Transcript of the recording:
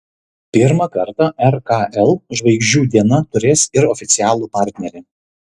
pirmą kartą rkl žvaigždžių diena turės ir oficialų partnerį